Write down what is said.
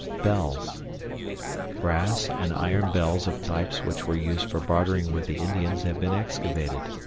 bells brass and iron bells of types which were used for bartering with the indians have been excavated.